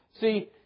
See